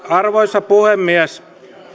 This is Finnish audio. arvoisa puhemies